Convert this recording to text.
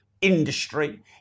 industry